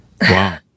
Wow